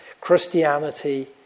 christianity